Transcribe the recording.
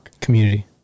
community